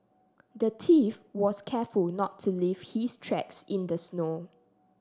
the thief was careful not to leave his tracks in the snow